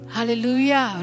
Hallelujah